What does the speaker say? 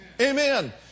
Amen